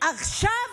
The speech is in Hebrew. עכשיו